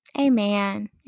Amen